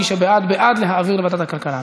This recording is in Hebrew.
מי שבעד, בעד להעביר לוועדת הכלכלה.